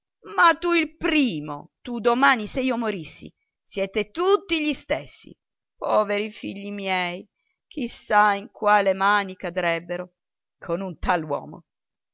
ma tu il primo tu domani se io morissi siete tutti gli stessi poveri figli miei chi sa in quali mani cadrebbero con un tal uomo